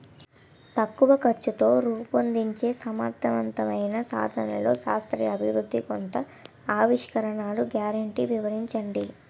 తక్కువ ఖర్చుతో రూపొందించే సమర్థవంతమైన సాధనాల్లో శాస్త్రీయ అభివృద్ధి కొత్త ఆవిష్కరణలు గ్యారంటీ వివరించండి?